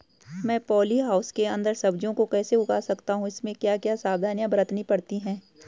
मैं polyhouse के अन्दर सब्जियों को कैसे उगा सकता हूँ इसमें क्या क्या सावधानियाँ बरतनी पड़ती है?